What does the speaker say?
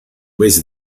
paese